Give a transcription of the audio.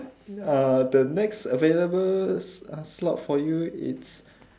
uh the next available sl~ slot for you it's